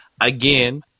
Again